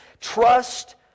trust